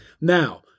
Now